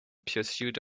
pursuit